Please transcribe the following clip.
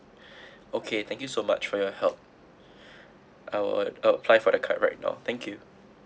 okay thank you so much for your help I'll I'll apply for the card right now thank you